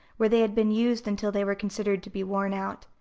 where they had been used until they were considered to be worn out.